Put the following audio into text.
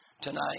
tonight